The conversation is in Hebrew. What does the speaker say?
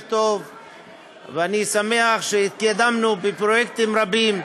טוב ואני שמח שהתקדמנו בפרויקטים רבים.